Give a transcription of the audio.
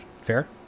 Fair